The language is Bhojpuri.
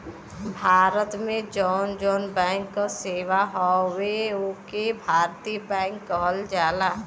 भारत में जौन जौन बैंक क सेवा हौ ओके भारतीय बैंक कहल जाला